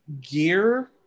gear